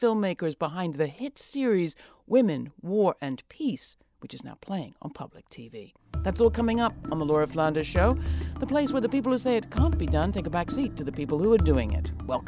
filmmakers behind the hit series women war and peace which is now playing on public t v that's all coming up on the laura flanders show the place where the people who say it can't be done take a backseat to the people who are doing it wel